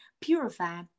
purify